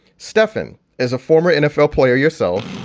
stefan is a former nfl player yourself.